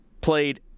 played